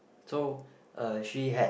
so uh she had